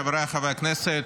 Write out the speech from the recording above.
חבריי חברי הכנסת,